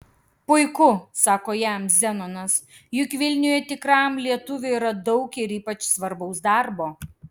puiku sako jam zenonas juk vilniuje tikram lietuviui yra daug ir ypač svarbaus darbo